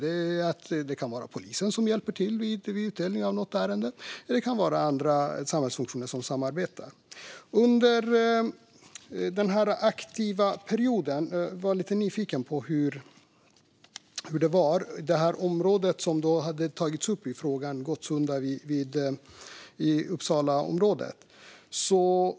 Det kan vara polisen som hjälper till i ett ärende eller andra samhällsfunktioner som samarbetar. Jag var lite nyfiken på hur det var under den aktiva perioden. Det område som togs upp i frågan var Gottsunda i Uppsala.